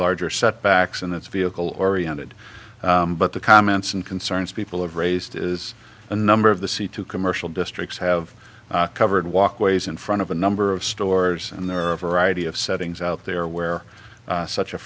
larger setbacks and that's vehicle oriented but the comments and concerns people have raised is the number of the c two commercial districts have covered walkways in front of a number of stores and there are a variety of settings out there where such a